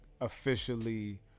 officially